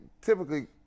typically